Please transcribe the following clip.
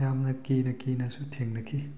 ꯌꯥꯝꯅ ꯀꯤꯅ ꯀꯤꯅꯁꯨ ꯊꯦꯡꯅꯈꯤ